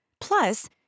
Plus